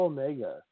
Omega